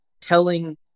telling